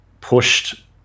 pushed